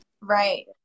right